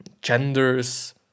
genders